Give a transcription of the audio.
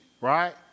right